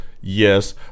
Yes